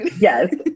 Yes